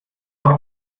auch